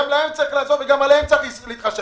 גם להם צריך לעזור וגם בהם צריך להתחשב.